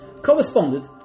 Corresponded